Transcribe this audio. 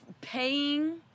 paying